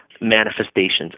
manifestations